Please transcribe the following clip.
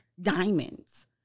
Diamonds